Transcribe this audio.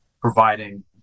providing